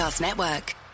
Network